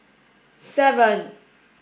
seven